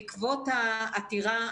בעקבות העתירה,